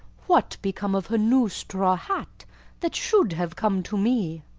what become of her new straw hat that should have come to me?